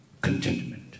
contentment